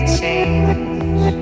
change